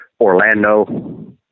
Orlando